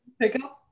pickup